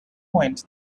point